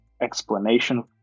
explanation